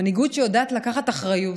מנהיגות שיודעת לקחת אחריות,